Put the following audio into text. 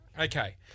Okay